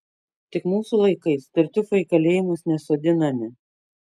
tik mūsų laikais tartiufai į kalėjimus nesodinami